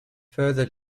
further